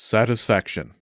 Satisfaction